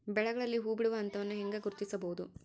ಬೆಳೆಗಳಲ್ಲಿ ಹೂಬಿಡುವ ಹಂತವನ್ನು ಹೆಂಗ ಗುರ್ತಿಸಬೊದು?